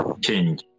change